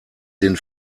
den